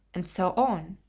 and so on.